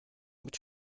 mit